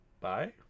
bye